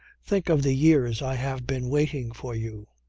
think of the years i have been waiting for you.